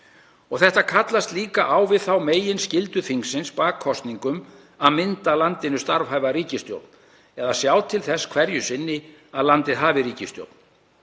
Þetta kallast líka á við þá meginskyldu þingsins bak kosningum að mynda landinu starfhæfa ríkisstjórn eða sjá til þess hverju sinni að landið hafi ríkisstjórn.